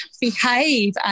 behave